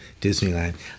Disneyland